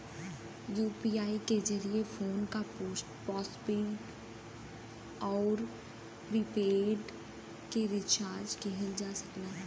UPI के जरिये phone क पोस्टपेड आउर प्रीपेड के रिचार्ज किहल जा सकला